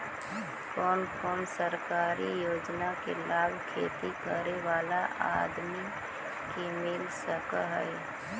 कोन कोन सरकारी योजना के लाभ खेती करे बाला आदमी के मिल सके हे?